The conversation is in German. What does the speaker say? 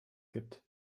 gibt